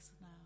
now